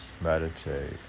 meditate